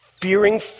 fearing